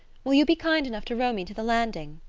will you be kind enough to row me to the landing?